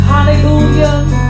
Hallelujah